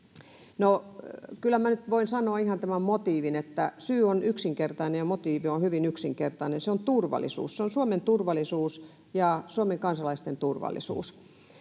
ihan sanoa tämän motiivin — syy on yksinkertainen, ja motiivi on hyvin yksinkertainen: se on turvallisuus, se on Suomen turvallisuus ja Suomen kansalaisten turvallisuus.